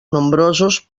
nombrosos